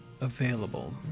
available